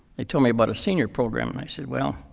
they told me about a senior program. and i said, well,